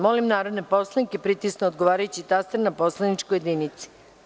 Molim narodne poslanike da pritisnu odgovarajući taster na poslaničkoj jedinici.